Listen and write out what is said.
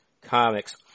comics